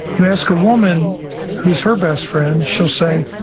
you ask a woman who's her best friend, she'll say,